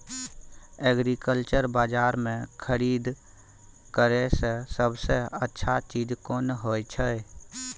Agriculture बाजार में खरीद करे से सबसे अच्छा चीज कोन होय छै?